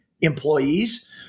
employees